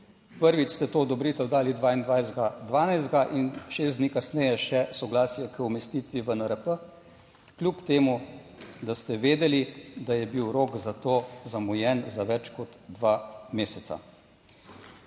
prvič ste to odobritev dali 22. 12. in šest dni kasneje še soglasje k umestitvi v NRP, kljub temu, da ste vedeli, da je bil rok za to zamujen za več kot dva meseca.